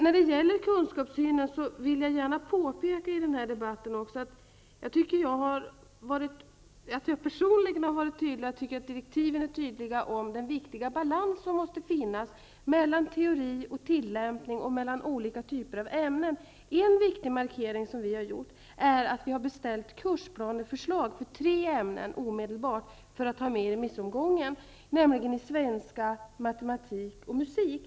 När det gäller kunskapssynen vill jag i denna debatt gärna påpeka att jag anser att jag personligen har varit tydlig och att direktiven är tydliga när det gäller den viktiga balans som måste finnas mellan teori och tillämpning och mellan olika typer av ämnen. En viktig markering som vi har gjort är att vi har beställt kursplaneförslag för tre ämnen omedelbart för att ta med dem i remissomgången. Det gäller svenska, matematik och musik.